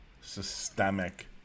systemic